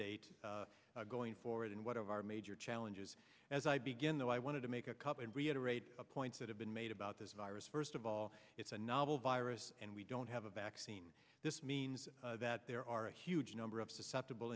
date going forward and what of our major challenges as i begin though i wanted to make a couple and reiterate points that have been made about this virus first of all it's a novel virus and we don't have a vaccine this means that there are a huge number of susceptible